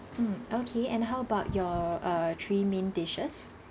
mm okay and how about your uh three main dishes